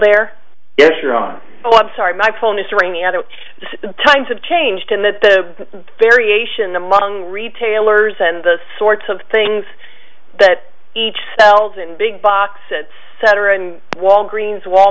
on oh i'm sorry my phone is ringing other times have changed and that the variation among retailers and those sorts of things that each sells and big box et cetera and walgreens wal